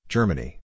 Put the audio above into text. Germany